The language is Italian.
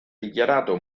dichiarato